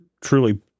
truly